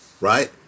Right